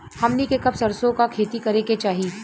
हमनी के कब सरसो क खेती करे के चाही?